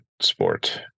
sport